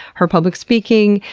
her public speaking,